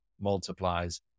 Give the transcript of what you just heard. multiplies